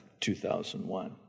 2001